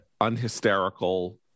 unhysterical